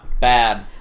bad